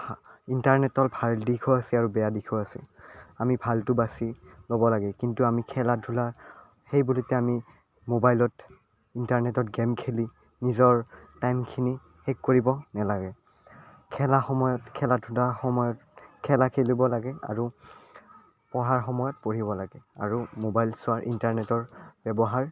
ইণ্টাৰনেটৰ ভাল দিশো আছে আৰু বেয়া দিশো আছে আমি ভালটো বাচি ল'ব লাগে কিন্তু আমি খেলা ধূলা সেই বুলিতো আমি মোবাইলত ইণ্টাৰনেটত গেম খেলি নিজৰ টাইমখিনি শেষ কৰিব নালাগে খেলা সময়ত খেলা ধূলাৰ সময়ত খেলা খেলিব লাগে আৰু পঢ়াৰ সময়ত পঢ়িব লাগে আৰু মোবাইল চোৱাৰ ইণ্টাৰনেটৰ ব্যৱহাৰ